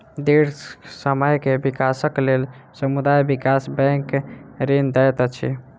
दीर्घ समय के विकासक लेल समुदाय विकास बैंक ऋण दैत अछि